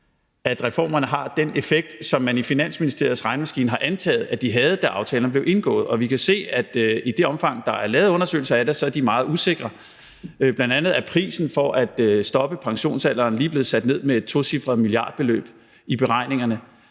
at reformerne har den effekt, som man i Finansministeriets regnemaskine har antaget at de havde, da aftalerne blev indgået. Vi kan se, at i det omfang, der er lavet undersøgelser af det, er de meget usikre. Bl.a. er prisen for at stoppe pensionsalderen lige blevet sat ned med et tocifret milliardbeløb i beregningerne,